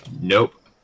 Nope